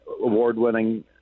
Award-winning